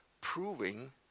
proving